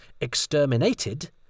Exterminated